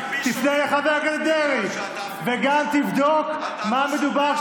תפנה לחבר הכנסת דרעי וגם תבדוק על מה מדובר,